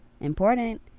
important